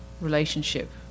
relationship